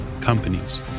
companies